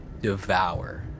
devour